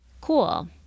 Cool